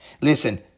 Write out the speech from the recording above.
Listen